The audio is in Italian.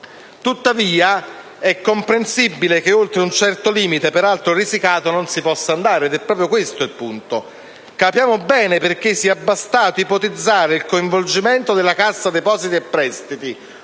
Tuttavia, è comprensibile che oltre un certo limite, peraltro risicato, non si possa andare ed è proprio questo il punto. Capiamo bene perché sia bastato ipotizzare il coinvolgimento della Cassa depositi e prestiti